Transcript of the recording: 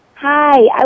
Hi